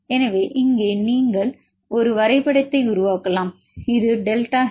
எனவே இங்கே நீங்கள் ஒரு வரைபடத்தை உருவாக்கலாம் இது ஒரு டெல்டா ஹெச்